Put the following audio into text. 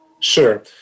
Sure